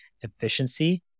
efficiency